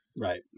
Right